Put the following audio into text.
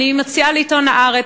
אני מציעה לעיתון "הארץ",